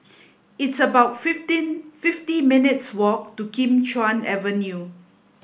it's about fifteen fifty minutes' walk to Kim Chuan Avenue